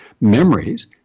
memories